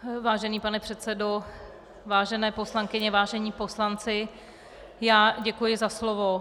Vážený pane předsedo, vážené poslankyně, vážení poslanci, děkuji za slovo.